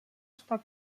estar